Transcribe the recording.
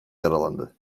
yaralandı